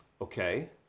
Okay